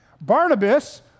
Barnabas